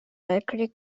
weltkrieg